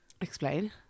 Explain